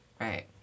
Right